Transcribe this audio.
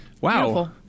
wow